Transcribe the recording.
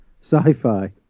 sci-fi